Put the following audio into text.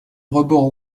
rebord